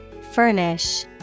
Furnish